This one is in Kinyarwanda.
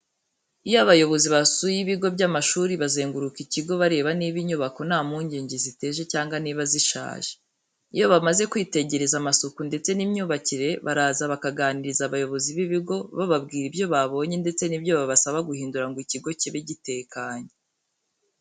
Iyo abayobozi basuye ibigo by'amashuri, bazenguruka ikigo bareba niba inyubako nta mpungenge ziteje cyangwa niba zishaje. Iyo bamaze kwitegereza amasuku ndetse n'imyubakire baraza, bakaganiriza abayobozi b'ibigo, bababwira ibyo babonye ndetse n'ibyo babasaba guhindura ngo ikigo kibe gitekanye.